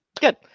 Good